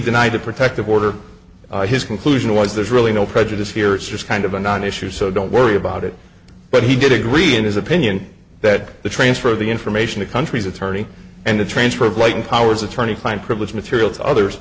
denied a protective order his conclusion was there's really no prejudice here it's just kind of a non issue so don't worry about it but he did agree in his opinion that the transfer of the information to countries attorney and the transfer of lighting powers attorney client privilege material to others